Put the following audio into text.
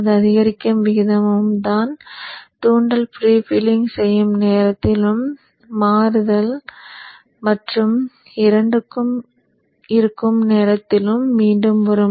அது அதிகரிக்கும் விகிதம் தான் தூண்டல் ஃப்ரீவீலிங் செய்யும் நேரத்திலும் மற்றும் இரண்டும் இருக்கும் நேரத்திலும் மீண்டும் வரும்